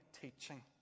teaching